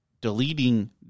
deleting